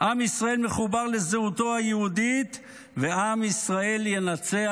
עם ישראל מחובר לזהותו היהודית ועם ישראל ינצח,